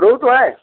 रोहू तो है